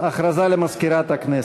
הכרזה למזכירת הכנסת.